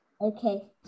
Okay